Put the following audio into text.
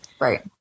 Right